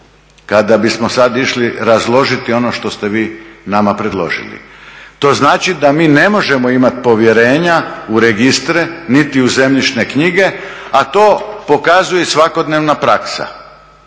kada bismo sad išli razložiti ono što ste vi nama predložili. To znači da mi ne možemo imati povjerenja u registre, niti u zemljišne knjige, a to pokazuje svakodnevna praksa.